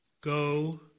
go